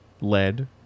lead